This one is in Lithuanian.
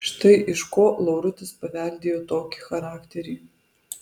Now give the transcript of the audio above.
štai iš ko laurutis paveldėjo tokį charakterį